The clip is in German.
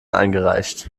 eingereicht